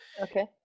Okay